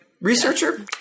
Researcher